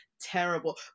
terrible